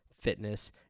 fitness